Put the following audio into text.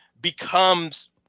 becomes